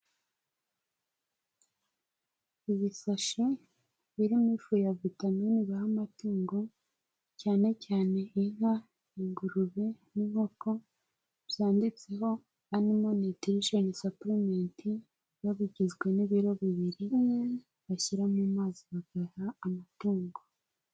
Ibishashi birimo ifu ya vitame baha amatungo, cyane cyane inka, ingurube n'inkoko, byanditseho animo niyutirishoni sapulimenti biba bigizwe n'ibiro bibiri, bashyira mu mazi bagaha amatungo.